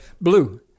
Blue